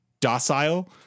docile